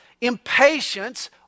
impatience